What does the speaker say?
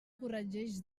corregeix